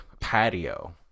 patio